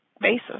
basis